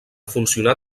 funcionà